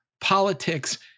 politics